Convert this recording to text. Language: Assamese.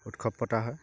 উৎসৱ পতা হয়